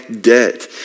debt